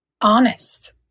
honest